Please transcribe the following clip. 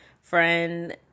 Friend